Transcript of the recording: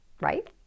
Right